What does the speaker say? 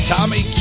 Tommy